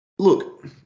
Look